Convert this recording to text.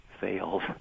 fails